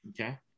Okay